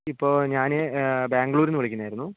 ഇപ്പോൾ ഞാൻ ബാംഗ്ലൂരിൽ നിന്ന് വിളിക്കുന്നതായിരുന്നു